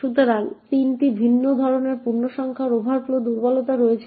সুতরাং 3টি ভিন্ন ধরনের পূর্ণসংখ্যা ওভারফ্লো দুর্বলতা রয়েছে